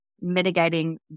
mitigating